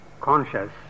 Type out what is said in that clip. conscious